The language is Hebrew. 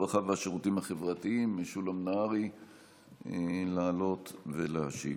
הרווחה והשירותים החברתיים משולם נהרי לעלות ולהשיב.